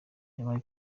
wabaye